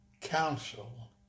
council